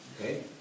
okay